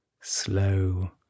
slow